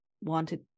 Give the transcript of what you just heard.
wanted